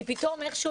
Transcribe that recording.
כי פתאום איכשהו,